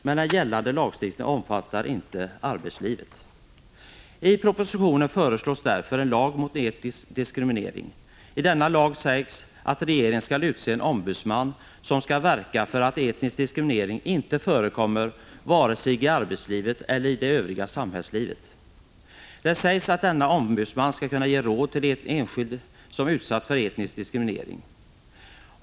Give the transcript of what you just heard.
Men den gällande lagstiftningen omfattar inte arbetslivet. I propositionen föreslås därför en lag mot etnisk diskriminering. I denna lag sägs att regeringen skall utse en ombudsman som skall verka för att etnisk diskriminering inte förekommer vare sig i arbetslivet eller i det övriga samhällslivet. Det sägs att denna ombudsman skall kunna ge råd till enskild som är utsatt för etnisk diskriminering.